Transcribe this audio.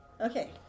Okay